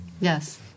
Yes